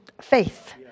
faith